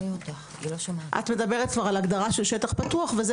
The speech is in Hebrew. את מדברת כבר על הגדרה של שטח פתוח וזה